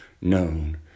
known